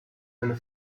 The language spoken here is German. eine